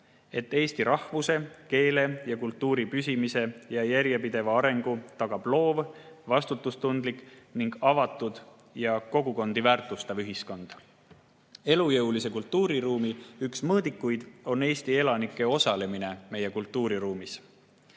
et eesti rahvuse, keele ja kultuuri püsimise ja järjepideva arengu tagab loov, vastutustundlik ning avatud ja kogukondi väärtustav ühiskond. Elujõulise kultuuriruumi üks mõõdikuid on Eesti elanike osalemine meie kultuuriruumis.